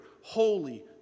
holy